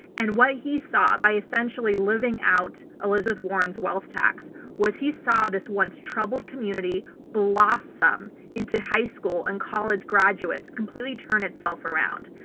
and what he saw by essentially living out elizabeth warren's wealth tax was he saw this once troubled community blossom into high school and college graduates completely turn itself around.